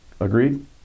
Agreed